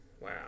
Wow